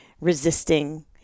resisting